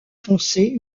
foncé